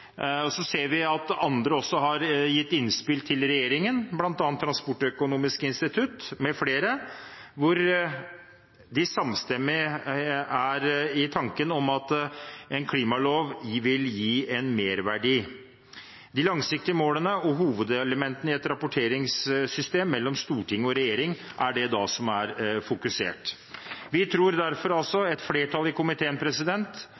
CICERO. Så ser vi at andre også har gitt innspill til regjeringen, bl.a. Transportøkonomisk institutt, hvor de er samstemmige i tanken om at en klimalov vil gi en merverdi. De langsiktige målene og hovedelementene i et rapporteringssystem mellom storting og regjering er da det som er fokusert. Et flertall i komiteen